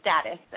status